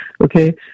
Okay